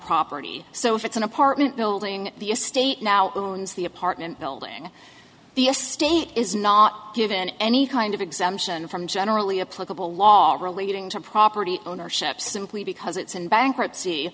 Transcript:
property so if it's an apartment building the estate now owns the apartment building the estate is not given any kind of exemption from generally a plausible law relating to property ownership simply because it's in bankruptcy